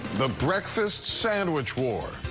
the breakfast sandwich war.